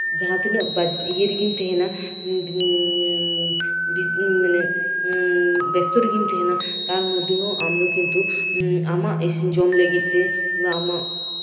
ᱡᱟᱸᱦᱟ ᱛᱤᱱᱟᱹᱜ ᱤᱭᱟᱹ ᱨᱮᱜᱮᱢ ᱛᱟᱸᱦᱮᱱᱟ ᱮᱜ ᱮᱜ ᱢᱟᱱᱮ ᱵᱮᱥᱛᱚ ᱨᱮᱜᱮᱢ ᱛᱟᱸᱦᱮᱱᱟ ᱛᱟᱨᱢᱚᱫᱽᱫᱷᱮ ᱨᱮ ᱟᱢ ᱫᱚ ᱠᱤᱱᱛᱩ ᱟᱢᱟᱜ ᱤᱥᱤᱱ ᱡᱚᱢ ᱞᱟᱹᱜᱤᱫᱛᱮ ᱵᱟ ᱟᱢᱟᱜ